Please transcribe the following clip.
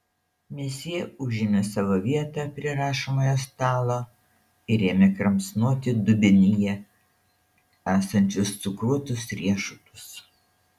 mesjė užėmė savo vietą prie rašomojo stalo ir ėmė kramsnoti dubenyje esančius cukruotus riešutus